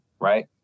right